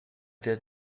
der